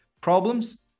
Problems